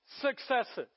successes